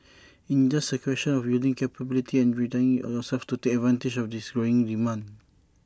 in just A question of building capability and readying yourselves to take advantage of this growing demand